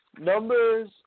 Numbers